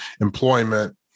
employment